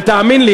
ותאמין לי,